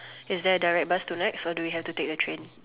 is there a direct bus tonight or we have to take the train